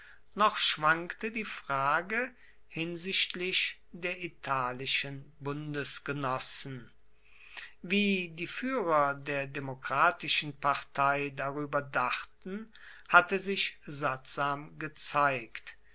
noch schwankte die frage hinsichtlich der italischen bundesgenossen wie die führer der demokratischen partei darüber dachten hatte sich sattsam gezeigt